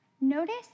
Notice